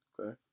Okay